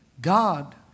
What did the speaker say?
God